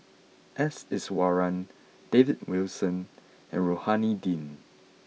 S Iswaran David Wilson and Rohani Din